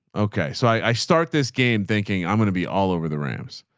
okay. so i start this game thinking i'm going to be all over the ramps.